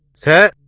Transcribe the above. sir?